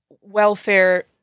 welfare